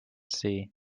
see